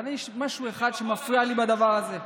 אבל יש משהו אחד שמפריע לי בדבר הזה.